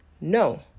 No